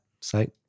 site